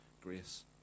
grace